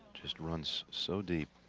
just runs so deep,